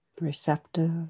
Receptive